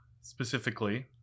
specifically